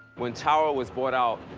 when tower was bought out,